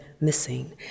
missing